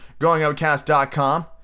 goingoutcast.com